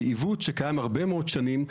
זה עיוות שקיים הרבה מאוד שנים.